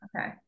Okay